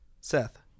Seth